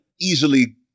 easily